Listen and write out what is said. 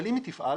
אבל אם היא תפעל,